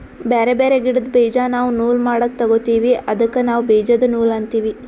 ಬ್ಯಾರೆ ಬ್ಯಾರೆ ಗಿಡ್ದ್ ಬೀಜಾ ನಾವ್ ನೂಲ್ ಮಾಡಕ್ ತೊಗೋತೀವಿ ಅದಕ್ಕ ನಾವ್ ಬೀಜದ ನೂಲ್ ಅಂತೀವಿ